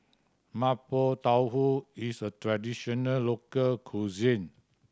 Mapo Tofu is a traditional local cuisine